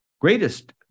greatest